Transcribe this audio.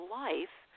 life